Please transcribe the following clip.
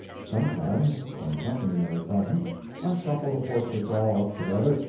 sometimes when company are present i shuffle the portraits all up together,